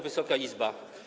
Wysoka Izbo!